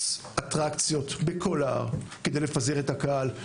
אטרקציות בכל ההר כדי לפזר את הקהל.